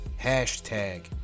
hashtag